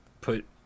put